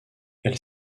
elle